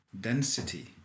density